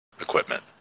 equipment